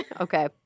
Okay